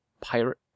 Pirate